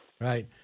Right